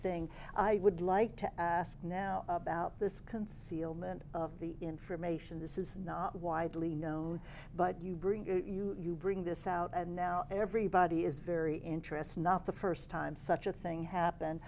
thing i would like to ask now about this concealment of the information this is not widely known but you bring it you bring this out and now everybody is very interested not the st time such a thing happen